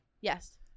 Yes